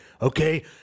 Okay